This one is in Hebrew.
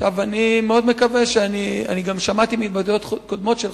אני גם שמעתי, בהתבטאויות קודמות שלך,